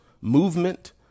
movement